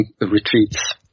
retreats